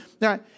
Now